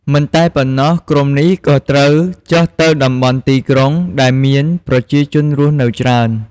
មិនតែប៉ុណ្ណោះ ក្រុមនេះក៏ត្រូវចុះទៅតំបន់ទីក្រុង ដែលមានប្រជាជនរស់នៅច្រើន។